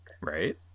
Right